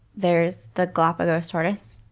there's the galapagos tortoise,